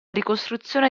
ricostruzione